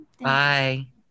bye